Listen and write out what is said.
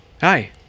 Hi